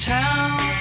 town